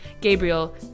Gabriel